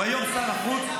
היום הוא שר החוץ.